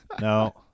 no